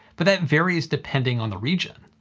but that varies depending on the region.